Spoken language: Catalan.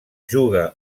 juga